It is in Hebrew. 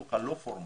החינוך הלא פורמלי,